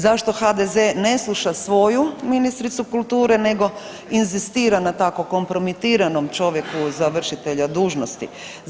Zašto HDZ ne sluša svoju ministricu kulture nego inzistira na tako kompromitiranom čovjeku za vršitelja dužnosti.